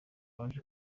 waje